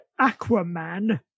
Aquaman